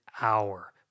hour